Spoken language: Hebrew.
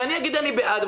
ואני אגיד אני בעד,